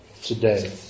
today